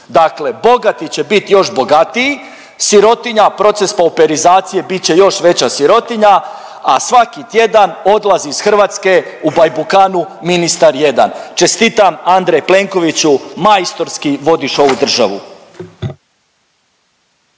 Dakle, bogati će biti još bogatiji, sirotinja proces pouperizacije bit će još veća sirotinja, a svaki tjedan odlazi iz Hrvatske u bajbukanu ministar jedan. Čestitam Andrej Plenkoviću majstorski vodiš ovu državu.